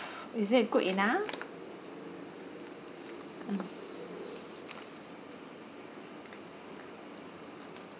is it good enough ah